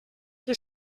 què